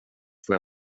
får